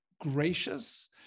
gracious